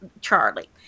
Charlie